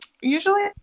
Usually